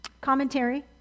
commentary